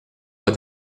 pas